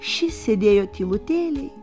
ši sėdėjo tylutėliai